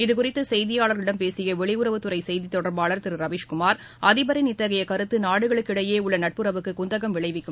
இதுகுறித்து செய்தியாளர்களிடம் பேசிய வெளியுறவுத் துறை செய்தி தொடர்பாளர் திரு ரவீஷ் குமார் அதிபரின் இத்தகைய கருத்து நாடுகளுக்கு இடையே உள்ள நட்புறவுக்கு குந்தகம் விளைவிக்கும் என்றார்